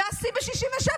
והשיא ב-1967,